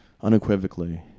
unequivocally